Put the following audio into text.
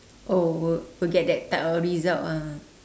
oh will will get that type of result ah